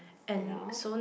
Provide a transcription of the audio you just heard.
you know